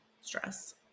stress